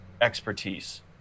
expertise